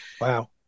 Wow